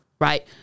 Right